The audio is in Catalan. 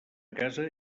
casa